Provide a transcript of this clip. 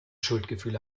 schuldgefühle